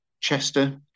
Chester